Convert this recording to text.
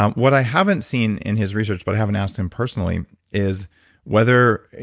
um what i haven't seen in his research but haven't asked him personally is whether,